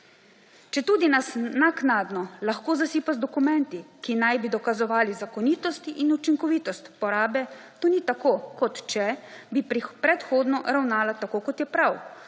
Četudi nas naknadno lahko zasipa z dokumenti, ki naj bi dokazovali zakonitosti in učinkovitost porabe, to ni tako, kot če bi predhodno ravnala tako, kot je prav,